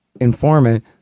informant